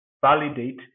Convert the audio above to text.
validate